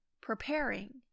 preparing